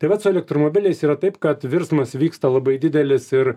tai vat su elektromobiliais yra taip kad virsmas vyksta labai didelis ir